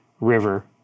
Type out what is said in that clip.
river